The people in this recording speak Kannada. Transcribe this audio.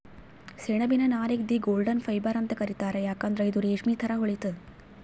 ಸೆಣಬಿನ್ ನಾರಿಗ್ ದಿ ಗೋಲ್ಡನ್ ಫೈಬರ್ ಅಂತ್ ಕರಿತಾರ್ ಯಾಕಂದ್ರ್ ಇದು ರೇಶ್ಮಿ ಥರಾ ಹೊಳಿತದ್